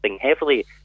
heavily